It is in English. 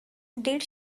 did